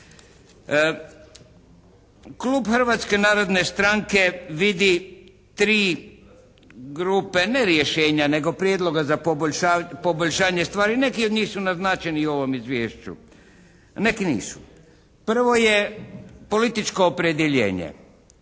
Klub Hrvatske narodne stranke vidi tri grupe, ne rješenja nego prijedloga za poboljšanje stvari. Neki od njih su naznačeni i u ovom izvješću, a neki nisu. Prvo je političko opredjeljenje.